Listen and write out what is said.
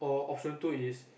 for option two is